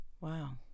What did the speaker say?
Wow